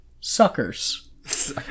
Suckers